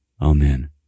Amen